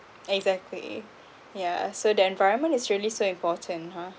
exactly yeah so the environment is really so important !huh!